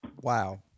wow